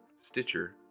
Stitcher